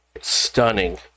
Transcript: stunning